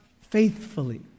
faithfully